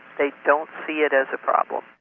they don't see it as a problem.